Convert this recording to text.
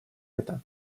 это